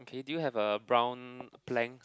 do you have a brown plank